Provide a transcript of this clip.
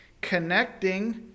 connecting